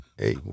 Hey